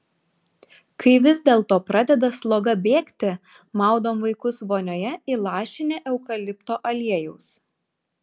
kai vis dėlto pradeda sloga bėgti maudom vaikus vonioje įlašinę eukalipto aliejaus